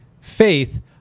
faith